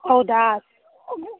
ಹೌದಾ